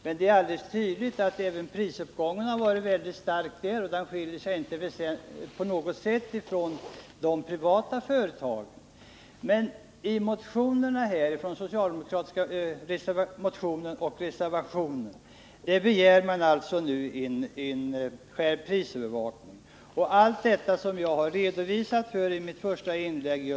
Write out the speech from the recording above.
Men det är alldeles tydligt att prishöjningarna har varit mycket starka även där, så att det inte på något sätt föreligger någon skillnad i förhållande till de privata företagen. I den socialdemokratiska motionen och reservationen begärs det nu en skärpning av prisövervakningen och allt det som jag har redogjort för i mitt första inlägg.